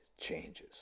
changes